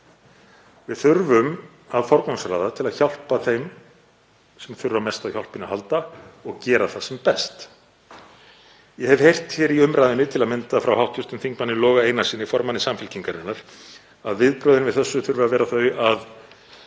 Við þurfum að forgangsraða til að hjálpa þeim sem þurfa mest á hjálpinni að halda og gera það sem best. Ég hef heyrt hér í umræðunni, til að mynda frá hv. þm. Loga Einarssyni, formanni Samfylkingarinnar, að viðbrögðin við þessu þurfi að vera þau að